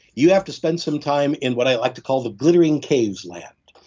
you have to spend some time in what i like to call the glittering caves land,